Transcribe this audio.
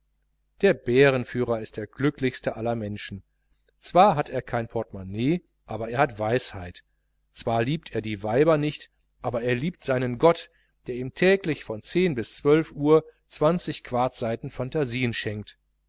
der bärenführer ist der glücklichste aller menschen zwar hat er kein portemonnaie aber er hat weisheit zwar liebt er die weiber nicht aber er liebt seinen lieben gott der ihm täglich von uhr zwanzig quartseiten phantasien schenkt